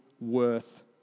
worth